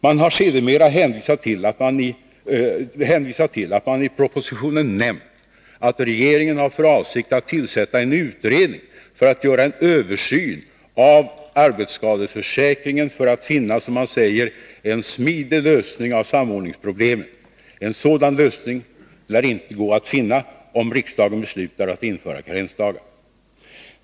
Man har sedermera hänvisat till att man i propositionen nämnt att regeringen har för avsikt att tillsätta en utredning för att göra en översyn av arbetsskadeförsäkringen för att finna, som man säger, en ”smidig” lösning av samordningsproblemen. En sådan lösning lär inte gå att finna, om riksdagen beslutar att införa karensdagar.